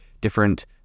different